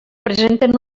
presenten